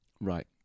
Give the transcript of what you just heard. Right